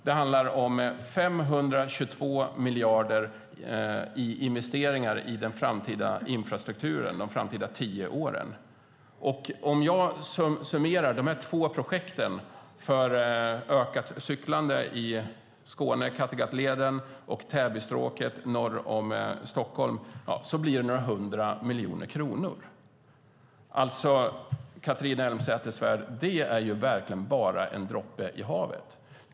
Det handlar om 522 miljarder kronor i investeringar i den framtida infrastrukturen under de kommande tio åren. Om jag summerar de två projekten för ökat cyklande i Skåne, Kattegattleden, och Täbystråket norr om Stockholm blir det några hundra miljoner kronor. Catharina Elmsäter-Svärd! Det är verkligen bara en droppe i havet.